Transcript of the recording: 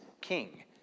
king